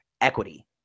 equity